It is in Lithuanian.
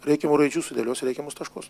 reikiamų raidžių sudėlios reikiamus taškus